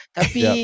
Tapi